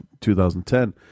2010